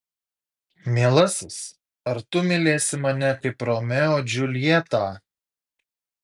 mielasis ar tu mylėsi mane kaip romeo džiuljetą